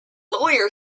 lawyer